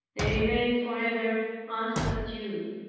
they remain forever unsubdued.